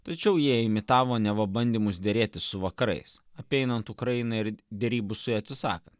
tačiau jie imitavo neva bandymus derėtis su vakarais apeinant ukrainą ir derybų su ja atsisakant